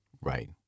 Right